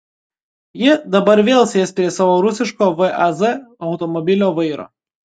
ji dabar vėl sės prie savo rusiško vaz automobilio vairo